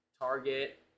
Target